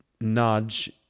nudge